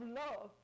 love